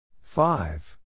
Five